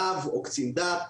רב או קצין דת,